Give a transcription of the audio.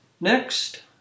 Next